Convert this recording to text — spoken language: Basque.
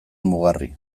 mugarri